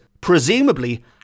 presumably